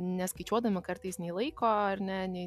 neskaičiuodami kartais nei laiko ar ne nei